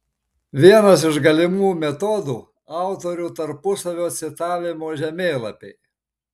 vienas iš galimų metodų autorių tarpusavio citavimo žemėlapiai